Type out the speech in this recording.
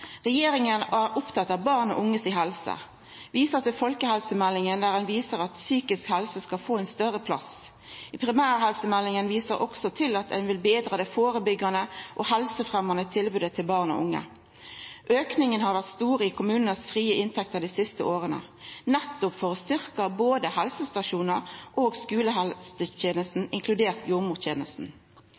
Regjeringa er opptatt av helsa til barn og unge. Eg viser til folkehelsemeldinga, at psykisk helse skal få ein større plass. I primærhelsemeldinga viser ein også til at ein vil betra det førebyggjande og helsefremjande tilbodet til barn og unge. Auken har vore stor i dei frie inntektene til kommunane dei siste åra, nettopp for å styrkja både helsestasjonar og skulehelsetenesta, inkludert